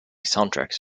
soundtracks